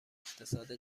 اقتصاد